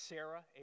Sarah